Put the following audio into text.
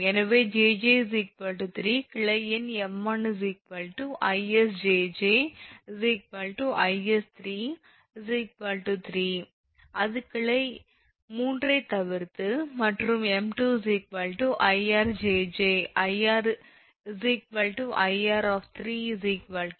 எனவே 𝑗𝑗 3 கிளை எண் 𝑚1 𝐼𝑆 𝑗𝑗 𝐼𝑆 3 அது கிளை 3 ஐத் தவிர்த்து மற்றும் 𝑚2 𝐼𝑅 𝑗𝑗 𝐼𝑅 4